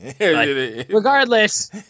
regardless